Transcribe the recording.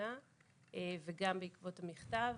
לאחרונה וגם בעקבות המכתב.